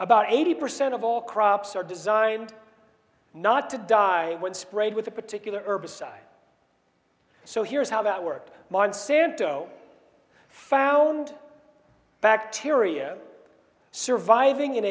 about eighty percent of all crops are designed not to die when sprayed with a particular herbicide so here's how that worked monsanto found bacteria surviving in